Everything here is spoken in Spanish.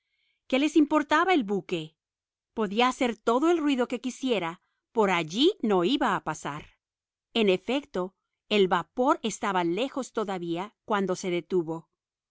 qué les importaba el buque podía hacer todo el ruido que quisiera por allí no iba a pasar en efecto el vapor estaba muy lejos todavía cuando se detuvo